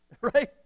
right